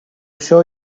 show